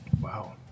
Wow